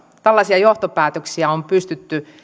tällaisia johtopäätöksiä on pystytty